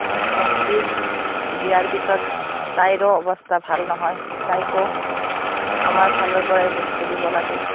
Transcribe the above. ভণ্টিৰ বিয়াৰ পিছত তাইৰো অৱস্থা ভাল নহয় তাইকো আমাৰ ফালৰপৰাই বস্তু দিব লাগে